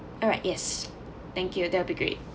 all right yes thank you that will be great